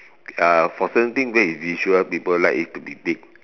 uh for certain thing that is visual people like it to be big